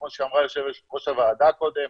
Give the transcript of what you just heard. כמו שאמרה יושבת ראש הוועדה קודם,